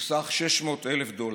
בסך 600,000 דולר.